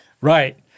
Right